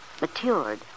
matured